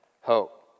hope